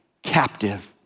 captive